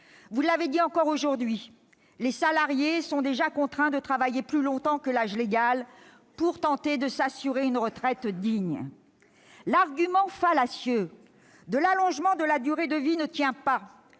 Vous l'avez dit encore aujourd'hui, les salariés sont déjà contraints de travailler au-delà de l'âge légal pour tenter de s'assurer une retraite digne. L'argument fallacieux de l'allongement de la durée de vie ne tient pas.